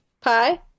Pie